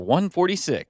146